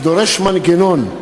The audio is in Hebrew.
זה דורש מנגנון,